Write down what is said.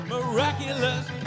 Miraculous